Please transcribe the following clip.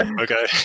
Okay